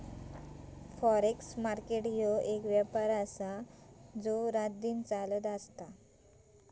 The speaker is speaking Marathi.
फॉरेक्स मार्केट ह्यो एक व्यापार आसा जो रातदिन चलता